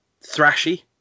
thrashy